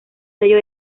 sello